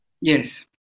Yes